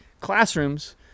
classrooms